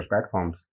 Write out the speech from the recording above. platforms